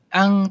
ang